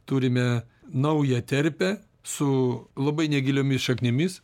turime naują terpę su labai negiliomis šaknimis